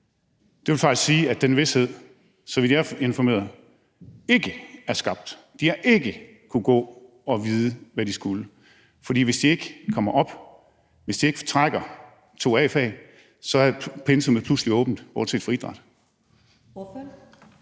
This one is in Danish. Det vil faktisk sige, at den vished, så vidt jeg er informeret, ikke er skabt. De har ikke kunnet vide, hvad de skulle, for hvis de ikke trækker to A-fag, er pensummet pludselig åbent, bortset fra idræt.